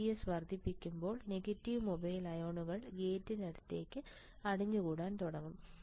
VGS വർദ്ധിക്കുമ്പോൾ negative mobile അയോണുകൾ ഗേറ്റിലേക്ക് അടിഞ്ഞു കൂടാൻ തുടങ്ങും